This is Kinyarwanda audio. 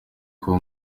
uwo